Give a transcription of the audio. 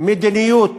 מדיניות